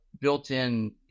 built-in